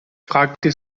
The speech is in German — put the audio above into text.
fragte